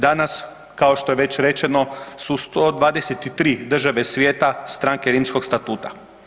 Danas kao što je već rečeno su 123 države svijeta stranke Rimskog statuta.